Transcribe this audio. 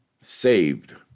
saved